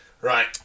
Right